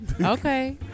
Okay